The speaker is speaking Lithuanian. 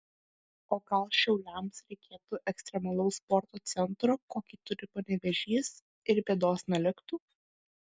o gal šiauliams reikėtų ekstremalaus sporto centro kokį turi panevėžys ir bėdos neliktų